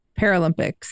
Paralympics